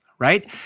Right